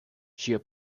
ŝia